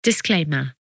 Disclaimer